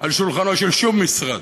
על שולחנו של שום משרד.